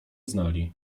znali